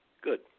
Good